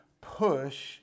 push